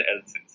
else's